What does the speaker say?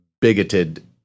bigoted